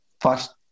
first